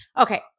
okay